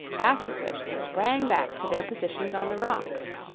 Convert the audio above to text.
after which they sprang back to their positions on the rocks.